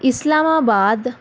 Islamabad